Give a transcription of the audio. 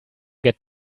get